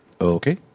Okay